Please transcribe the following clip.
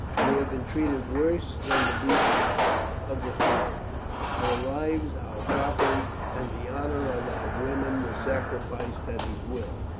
we have been treated worse than the beasts of the field our lives, our properties, and the honour of our women were sacrificed at his will.